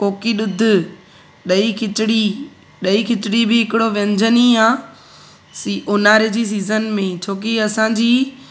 कोकी ॾुध ॾही खिचड़ी ॾही खिचड़ी बि हिकिड़ो व्यंजन ई आहे सी ऊन्हारे जी सीज़न में छोकि असांजी